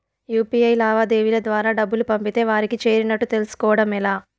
UPI లావాదేవీల ద్వారా డబ్బులు పంపితే వారికి చేరినట్టు తెలుస్కోవడం ఎలా?